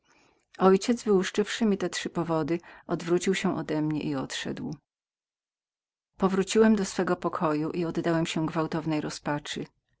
ojciec wyłuszczywszy mi te trzy powody odwrócił się odemnie i odszedł na te słowa oddałem się najgwałtowniejszej rozpaczy